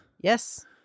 Yes